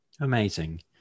Amazing